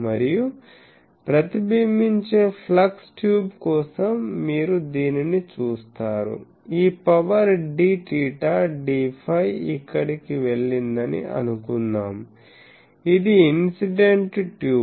మరియు ప్రతిబింబించే flux tube కోసం మీరు దీనిని చూస్తారు ఈ పవర్ dθ dφ ఇక్కడ కి వెళ్లిందని అనుకుందాం ఇది ఇన్సిడెంట్ ట్యూబ్